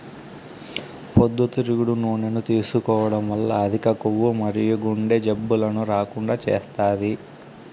పొద్దుతిరుగుడు నూనెను తీసుకోవడం వల్ల అధిక కొవ్వు మరియు గుండె జబ్బులను రాకుండా చేస్తాది